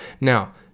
Now